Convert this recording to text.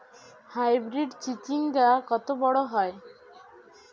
Hybrid চিচিংঙ্গা কত বড় হয়?